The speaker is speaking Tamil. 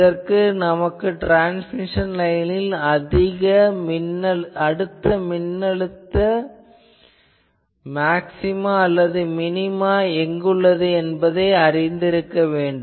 இதற்கு நமக்கு ட்ரான்ஸ்மிஷன் லைனில் அடுத்த மின்னழுத்த மேக்ஸ்சிமா அல்லது மினிமா எங்குள்ளது எனப் பார்க்க வேண்டும்